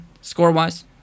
score-wise